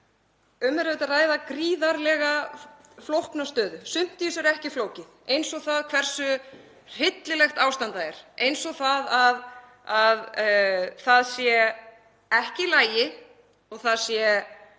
um er að ræða gríðarlega flókna stöðu. Sumt í þessu er ekki flókið, eins og það hversu hryllilegt ástand þar er, eins og það að það sé ekki í lagi og sé ekki